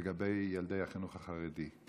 לגבי ילדי החינוך החרדי.